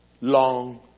long